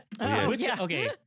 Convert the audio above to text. okay